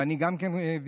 ואני גם ביקשתי,